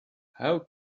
how